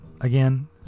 again